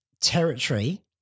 territory